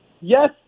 Yes